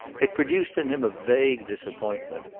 it produced in him a vague disappointment,